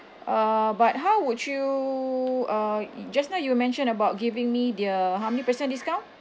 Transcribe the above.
uh but how would you uh just now you mentioned about giving me the how many percent discount